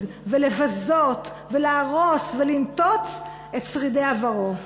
ולבזות ולהרוס ולנתוץ את שרידי עברו?